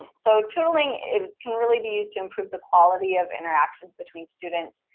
so tootling can really be used to improve the quality of interactions between students,